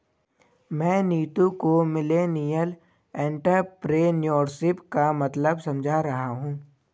मैं नीतू को millennial entrepreneurship का मतलब समझा रहा हूं